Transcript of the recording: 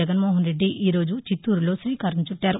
జగన్నోహన్ రెడ్డి ఈ రోజు చిత్తూరు లో శ్రీకారం చుట్టారు